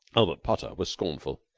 albert potter was scornful.